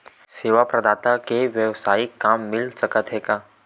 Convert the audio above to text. सेवा प्रदाता के वेवसायिक काम मिल सकत हे का?